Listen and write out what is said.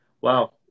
wow